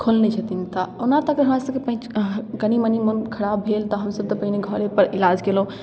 खोलने छथिन तऽ ओना तऽ हमरासबके पेच कनी मनी मोन खराब भेल तऽ हमसब तऽ पहिने घरेपर इलाज केलहुँ